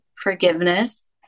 forgiveness